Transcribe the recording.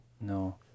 No